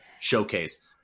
showcase